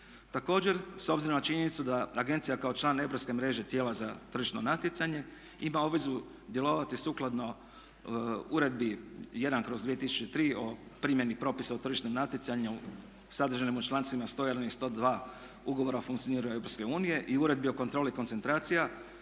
Također, s obzirom na činjenicu da agencija kao član europske mreže tijela za tržišno natjecanje ima obvezu djelovati sukladno uredbi 1/2003 o primjeni propisa o tržišnom natjecanju sadržanim u člancima 101 i 102. Ugovora o funkcioniranju Europske unije i Uredbi o kontroli i koncentracija